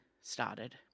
started